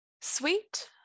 sweet